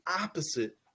opposite